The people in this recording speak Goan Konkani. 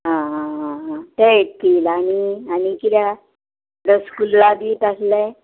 आं आं आं आं ते एक कील आनी आनी किद्या रसगुल्ला बी तसले